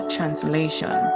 Translation